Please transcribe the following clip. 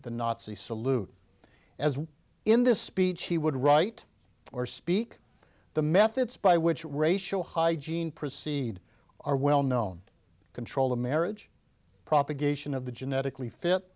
the nazi salute as in this speech he would write or speak the methods by which racial hygiene proceed are well known control the marriage propagation of the genetically fit